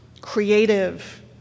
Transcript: creative